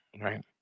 right